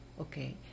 Okay